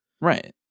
Right